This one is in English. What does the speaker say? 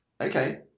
Okay